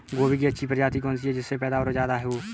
गोभी की अच्छी प्रजाति कौन सी है जिससे पैदावार ज्यादा हो?